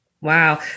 Wow